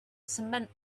cement